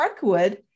parkwood